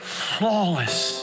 flawless